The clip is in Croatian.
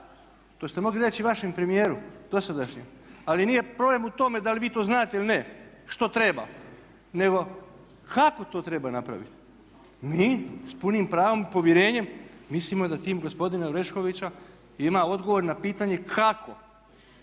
to ste mogli reći vašem premijeru dosadašnjem, ali nije problem u tome da li vi to znate ili ne što treba, nego kako to treba napraviti. Mi s punim pravom i povjerenjem mislim da tim gospodina Oreškovića ima odgovor na pitanje kako.